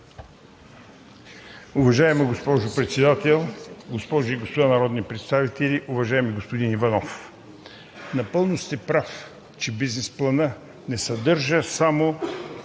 Уважаема госпожо Председател, госпожи и господа народни представители! Уважаеми господин Иванов, напълно сте прав, че бизнес планът не съдържа само